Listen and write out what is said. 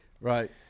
Right